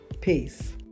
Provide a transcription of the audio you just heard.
Peace